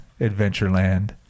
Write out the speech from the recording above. Adventureland